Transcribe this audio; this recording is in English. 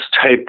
type